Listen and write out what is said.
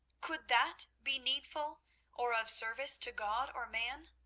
could that be needful or of service to god or man?